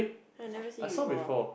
I never see before